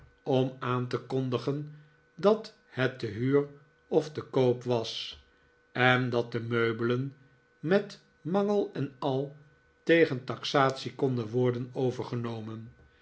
om aan te kondigen dat het te huur of te koop was en dat de meubelen met mangel en al tegen taxatie konden worden overgenomen